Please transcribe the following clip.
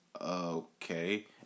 Okay